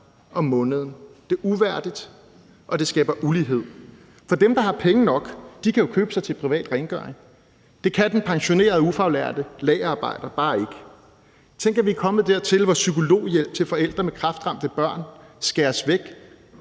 om måneden. Det er uværdigt, og det skaber ulighed. For dem, der har penge nok, kan jo købe sig til privat rengøring. Det kan den pensionerede, ufaglærte lagerarbejder bare ikke. Tænk, at vi er kommet dertil, hvor psykologhjælp til forældre med kræftramte børn skæres væk,